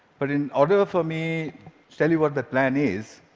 but in order for me to tell you what that plan is,